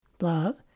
love